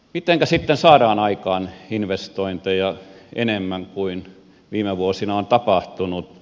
mitenkä sitten saadaan aikaan investointeja enemmän kuin viime vuosina on tapahtunut